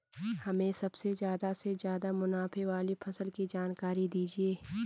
हमें सबसे ज़्यादा से ज़्यादा मुनाफे वाली फसल की जानकारी दीजिए